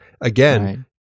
again